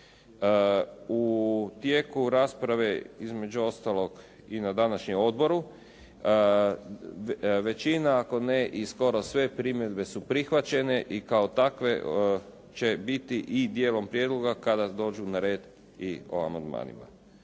U tijeku rasprave, između ostalog i na današnjem odboru, većina ako ne i skoro sve primjedbe su prihvaćene, i kao takve će biti i dijelom prijedloga kada dođu na red i o amandmanima.